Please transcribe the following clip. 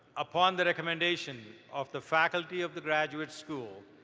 upon the recommendation of the faculty of the graduate school,